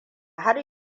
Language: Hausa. har